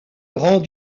grand